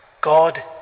God